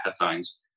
headlines